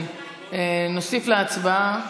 כן, נוסיף להצבעה,